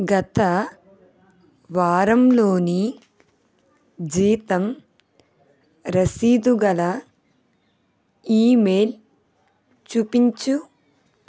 గత వారంలోని జీతం రసీదుగల ఈమెయిల్ చూపించు